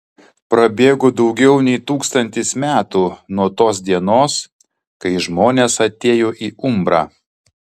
prabėgo daugiau nei tūkstantis metų nuo tos dienos kai žmonės atėjo į umbrą